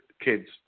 kids